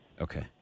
Okay